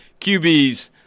QBs